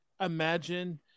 imagine